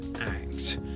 act